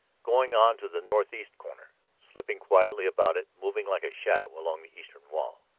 going on to the northeast corner, slipping quietly about it, moving like a shadow along the eastern wall.